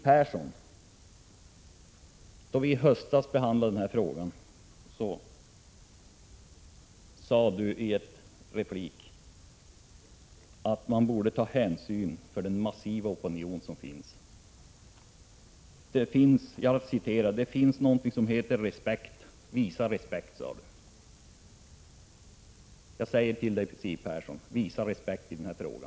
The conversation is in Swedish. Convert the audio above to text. När vi i höstas behandlade denna fråga sade Siw Persson i en replik att man borde ta hänsyn till den massiva opinion som finns. Det finns något som heter respekt, visa respekt, sade Siw Persson. Jag vill säga till Siw Persson: Visa respekt i denna fråga.